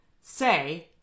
Say